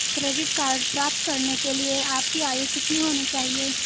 Credit card प्राप्त करने के लिए आपकी आयु कितनी होनी चाहिए?